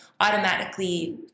automatically